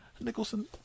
Nicholson